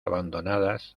abandonadas